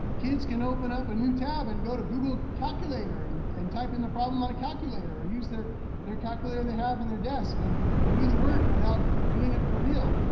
kids can open up a new tab and go to google calculator and and type in the problem on a calculator, or use their their calculator they have in their desk and and do the work without doing it for real.